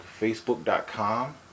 facebook.com